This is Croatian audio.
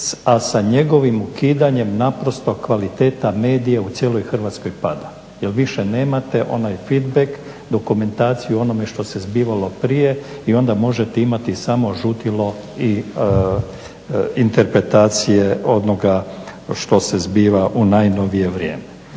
a sa njegovim ukidanjem naprosto kvaliteta medija u cijeloj Hrvatskoj pada jer više nemate onaj feedback, dokumentaciju o onome što se zbivalo prije i onda možete imati samo žutilo i interpretacije onoga što se zbiva u najnovije vrijeme.